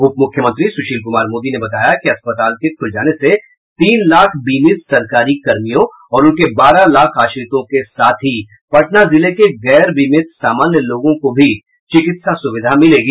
उप मुख्यमंत्री सुशील कुमार मोदी ने बताया कि अस्पताल के खुल जाने से तीन लाख बीमित सरकारी कर्मियों और उनके बारह लाख आश्रितों के साथ पटना जिले के गैर बीमित समान्य लोगों को भी चिकित्सा सुविधा मिलेगी